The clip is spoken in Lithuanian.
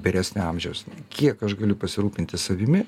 vyresnio amžiaus kiek aš galiu pasirūpinti savimi